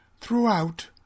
Throughout